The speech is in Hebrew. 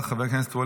חבר הכנסת ואליד